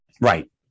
Right